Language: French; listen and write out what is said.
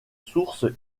sources